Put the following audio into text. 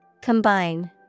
Combine